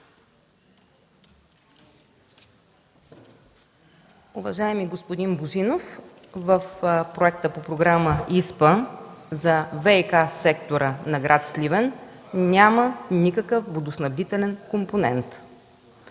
Уважаеми господин Божинов, в проекта по Програма ИСПА за ВиК сектора на град Сливен няма никакъв водоснабдителен компонент.